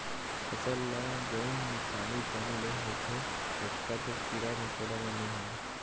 फसल ल जउन नुकसानी बन ले होथे ओतका तो कीरा मकोरा ले नइ होवय